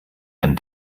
ihren